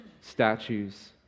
statues